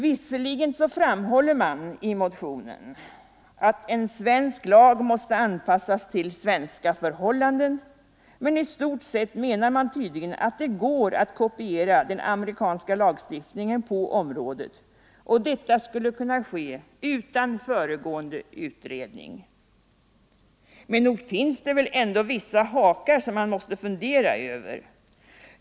Visserligen framhåller man i motionen att en svensk lag måste anpassas till svenska förhållanden, men i stort sett menar man tydligen att det går att kopiera den amerikanska lagstiftningen på området och att detta skulle kunna ske utan föregående utredning. Men nog finns det väl ändå vissa hakar som man måste fundera över.